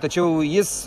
tačiau jis